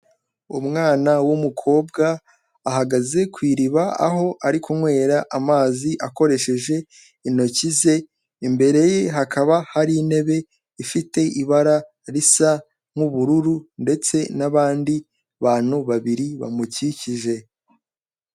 Umwana w'umukobwa ahagaze ku iriba aho ari kunywera amazi akoresheje intoki ze, imbere ye hakaba hari intebe ifite ibara risa nk'ubururu ndetse n'abandi bantu babiri bamukikije.